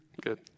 Good